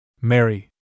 Mary